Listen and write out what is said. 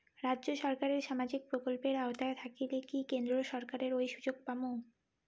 রাজ্য সরকারের সামাজিক প্রকল্পের আওতায় থাকিলে কি কেন্দ্র সরকারের ওই সুযোগ পামু?